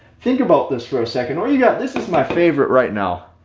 think about this for a second. are you guys this is my favorite right now.